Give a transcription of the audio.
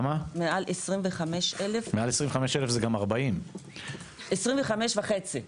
מעל 25,000 זה גם 40. 25 וחצי.